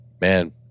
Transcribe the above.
man